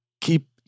keep